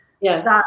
Yes